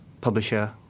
publisher